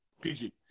PG